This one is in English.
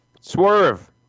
Swerve